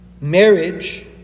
Marriage